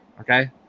Okay